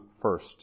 first